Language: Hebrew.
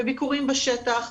בביקורים בשטח,